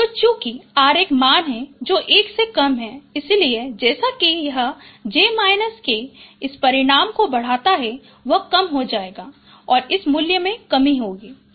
तो चूँकि r एक मान है जो 1 से कम है इसलिए जैसा कि यह j k इस परिमाण को बढ़ाता है वह कम हो जाएगा और इस मूल्य में कमी होगी